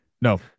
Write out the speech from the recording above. No